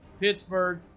Pittsburgh